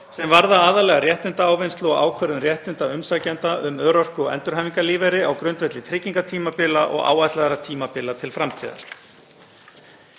sem varða aðallega réttindaávinnslu og ákvörðun réttinda umsækjenda um örorku- og endurhæfingarlífeyri á grund-velli tryggingartímabila og ætlaðra tímabila til framtíðar.